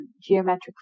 geometric